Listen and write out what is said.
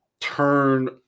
turn